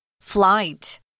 Flight